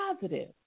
positive